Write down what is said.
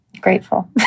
Grateful